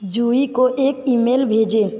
जुही को एक ईमेल भेजें